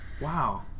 Wow